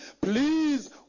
please